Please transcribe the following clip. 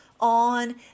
on